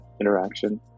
interaction